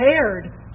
prepared